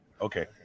Okay